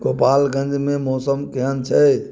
गोपालगन्जमे मौसम केहन छै